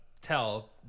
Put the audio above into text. tell